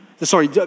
sorry